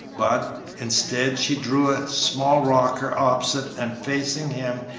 but, instead, she drew a small rocker opposite and facing him,